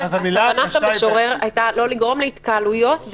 כוונת המשורר הייתה לא לגרום להתקהלויות,